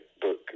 book